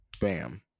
Bam